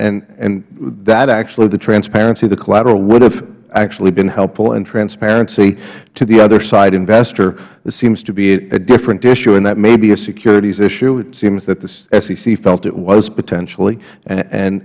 deal and that actually the transparency the collateral would have actually been helpful and transparency to the other side investor seems to be a different issue and that may be a securities issue it seems that the sec felt it was potentially and